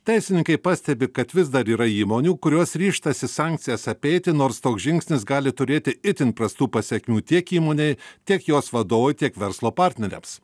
teisininkai pastebi kad vis dar yra įmonių kurios ryžtasi sankcijas apeiti nors toks žingsnis gali turėti itin prastų pasekmių tiek įmonei tiek jos vadovui tiek verslo partneriams